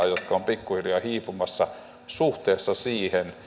jotka ovat pikkuhiljaa hiipumassa suhteessa siihen